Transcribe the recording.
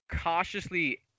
cautiously